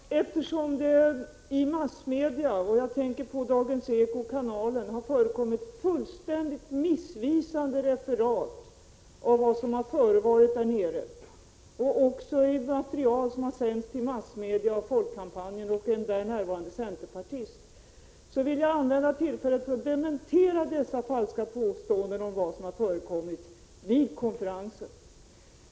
Fru talman! Eftersom det i massmedierna — jag tänker på Dagens Eko och Kanalen — förekommit fullständigt missvisande referat av vad som förevarit där nere, och eftersom missvisande material också sänts till andra massmedier, till Folkkampanjen och en där närvarande centerpartist, vill jag använda tillfället att dementera de falska påståendena om vad som förekommit vid konferensen.